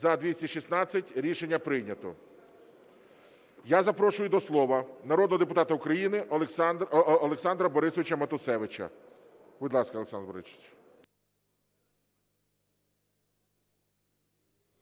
За-216 Рішення прийнято. Я запрошую до слова народного депутата України Олександра Борисовича Матусевича. Будь ласка, Олександр Борисович.